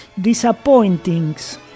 disappointings